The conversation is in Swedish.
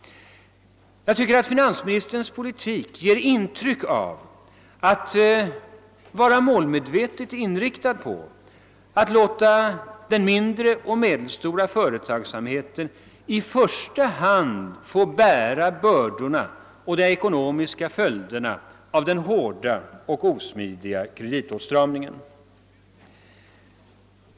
Finansministerns politik ger intryck av att vara målmedvetet inriktad på att låta den mindre och medelstora företagsamheten i första hand få bära bördorna och de ekonomiska följderna av den hårda och osmidiga kreditåtstramningen.